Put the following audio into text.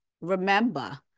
remember